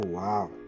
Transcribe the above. wow